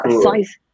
size